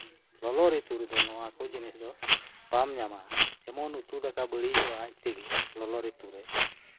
ᱞᱚᱞᱚ ᱨᱤᱛᱩ ᱨᱮᱫᱚ ᱱᱚᱣᱟ ᱠᱚ ᱡᱤᱱᱤᱥ ᱫᱚ ᱵᱟᱢ ᱧᱟᱢᱟ ᱡᱮᱢᱚᱱ ᱩᱛᱩ ᱫᱟᱠᱟ ᱵᱟᱹᱲᱤᱡᱚᱜᱼᱟ ᱞᱚᱞᱚ ᱨᱤᱛᱩᱨᱮ